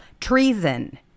Treason